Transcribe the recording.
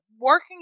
working